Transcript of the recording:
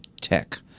tech